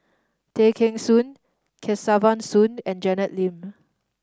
Tay Kheng Soon Kesavan Soon and Janet Lim